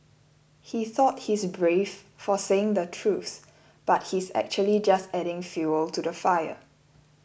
he thought he's brave for saying the truth but he's actually just adding fuel to the fire